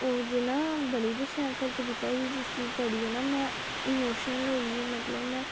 ओह्दे च न बड़ी गै शैल शैल कविता ही जिस्सी पढ़ियै न मैं इमोशनल होई गेई